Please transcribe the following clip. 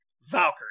Valkyrie